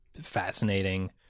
fascinating